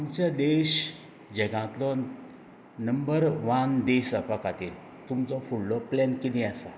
आमचो देश जगांतलो नंबर वन जावपां खातीर तुमचो फुडलो प्लेन किदें आसा